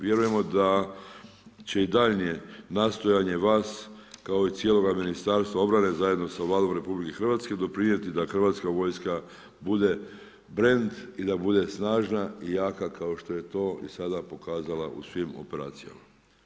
Vjerujemo da će i daljnje nastojanje vas kao i cijeloga Ministarstva obrane zajedno sa Vladom RH doprinijeti da Hrvatska vojska bude brend i da bude snažna i jaka kao što je to i sada pokazala u svim operacijama.